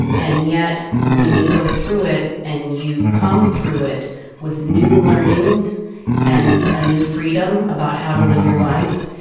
and yet, when you go through it and you come through it with new learnings and a new freedom about how to live your life,